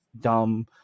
dumb